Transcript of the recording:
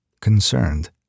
Concerned